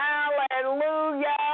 Hallelujah